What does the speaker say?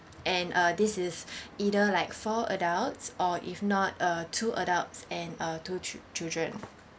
and uh this is either like four adults or if not uh two adults and uh two ch~ children